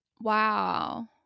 Wow